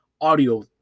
audio